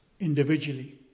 individually